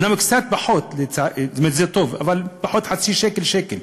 אומנם קצת פחות, זה טוב, אבל פחות חצי שקל, שקל.